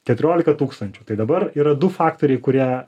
keturiolika tūkstančių tai dabar yra du faktoriai kurie